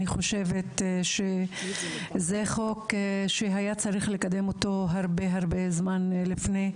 אני חושבת שזה חוק שהיה צריך לקדם אותו הרבה זמן לפני.